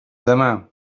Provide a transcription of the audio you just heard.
demà